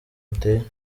uteye